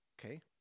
okay